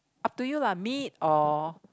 up to you lah meat or